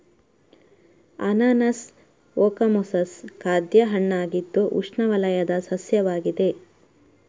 ಅನಾನಸ್ ಓಕಮೊಸಸ್ ಖಾದ್ಯ ಹಣ್ಣಾಗಿದ್ದು ಉಷ್ಣವಲಯದ ಸಸ್ಯವಾಗಿದೆ